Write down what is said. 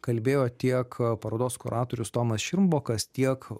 kalbėjo tiek parodos kuratorius tomas širmbokas tiek